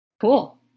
Cool